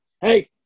Hey